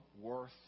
worth